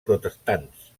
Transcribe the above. protestants